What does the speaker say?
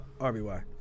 RBY